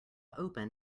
open